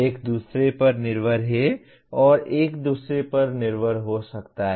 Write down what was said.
एक दूसरे पर निर्भर है और एक दूसरे पर निर्भर हो सकता है